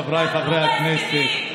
חבריי חברי הכנסת,